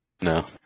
No